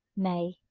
may,